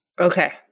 Okay